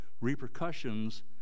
repercussions